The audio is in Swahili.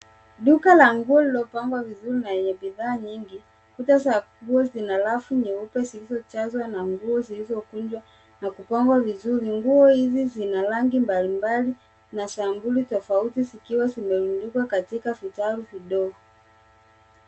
Duka la nguo lililopangwa vizuri na yenye bidhaa nyingi. Kuta za nguo zina rafu nyeupe zilizojazwa na nguo zilizokunjwa na kupangwa vizuri. Nguo hizi zina rangi mbalimbali na sampuli tofauti zikiwa zimerundikwa katika vitalu vidogo.